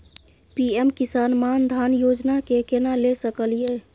PM Kisan Maandhan Yojana के केना ले सकलिए?